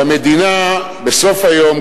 והמדינה בסוף היום,